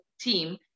team